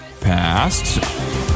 passed